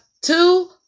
two